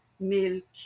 milk